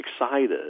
excited